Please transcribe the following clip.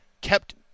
kept